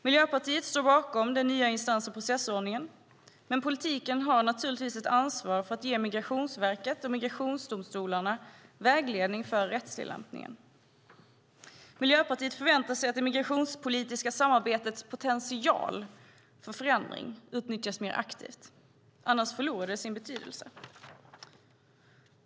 Miljöpartiet står bakom den nya instans och processordningen, men politiken har naturligtvis ett ansvar att ge Migrationsverket och migrationsdomstolarna vägledning för rättstillämpningen. Miljöpartiet förväntar sig att det migrationspolitiska samarbetets potential för förändring utnyttjas mer aktivt, annars förlorar den sin betydelse.